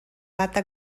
data